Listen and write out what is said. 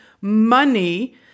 money